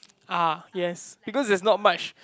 ah yes because there's not much